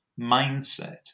mindset